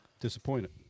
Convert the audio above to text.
disappointed